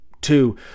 Two